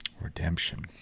Redemption